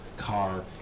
Car